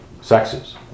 sexes